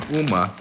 uma